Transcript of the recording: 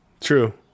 True